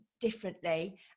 differently